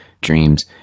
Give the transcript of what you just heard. dreams